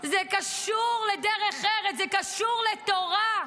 זה קשור לדרך ארץ, זה קשור לתורה,